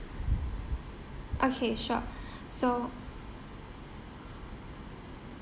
okay sure so